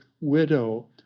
widow